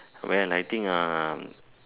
well I think uh